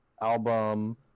album